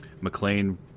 McLean